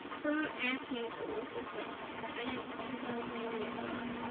fern asked me to go with her but i didn't because i was angry at god.